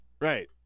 Right